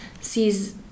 sees